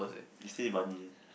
see about this